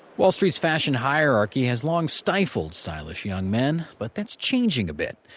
wall street's fashion hierarchy has long stifled stylish young men. but that's changing a bit.